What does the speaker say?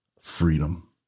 Freedom